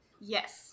Yes